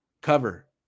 cover